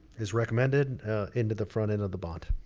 as recommended into the front end of the bond.